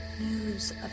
news